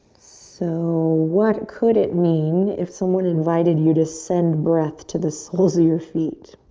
so what could it mean if someone invited you to send breath to the soles of your feet.